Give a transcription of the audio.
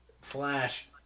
Flash